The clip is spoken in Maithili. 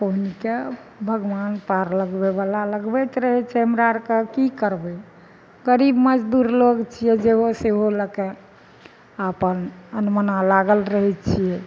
केहाहुँके भगवान पार लगबयवला लगबैत रहय छै हमरा आरके की करबय गरीब मजदूर लोग छियै जे हो सेहो लऽके अपन अनमना लागल रहय छियै